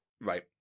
Right